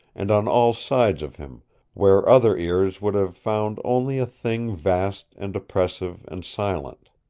and on all sides of him where other ears would have found only a thing vast and oppressive and silent.